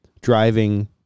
driving